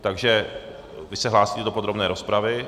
Takže vy se hlásíte do podrobné rozpravy?